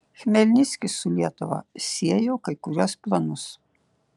chmelnickis su lietuva siejo kai kuriuos planus